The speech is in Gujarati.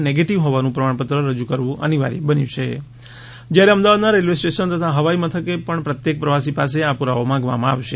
નેગેટિવ હોવાનું પ્રમાણપત્ર રજૂ કરવુ અનિવાર્ય બન્યું છે જ્યારે અમદાવાદના રેલ્વે સ્ટેશન તથા હવાઈ મથકે પણ પ્રત્યેક પ્રવાસી પાસે આ પુરાવો માંગવામાં આવશે